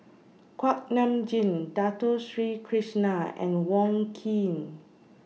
Kuak Nam Jin Dato Sri Krishna and Wong Keen